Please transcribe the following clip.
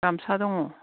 गामसा दङ